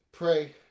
pray